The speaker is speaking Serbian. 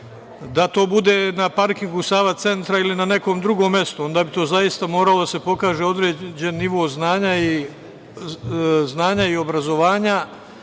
da to bude na parkingu Sava Centra ili na nekom drugom mestu, onda bi zaista morao da se pokaže određeni nivo znanja i obrazovanja. Vi